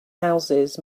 houses